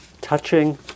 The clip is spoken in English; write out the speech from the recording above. Touching